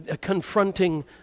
confronting